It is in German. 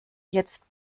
jetzt